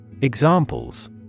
Examples